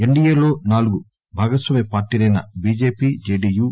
NT ఏలో నాలుగు భాగస్వామ్య పార్టీలైన చీజేపీ జేడీ యూ